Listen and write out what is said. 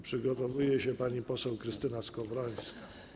Przygotowuje się pani poseł Krystyna Skowrońska.